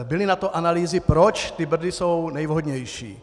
Byly na to analýzy, proč Brdy jsou nejvhodnější.